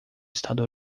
estado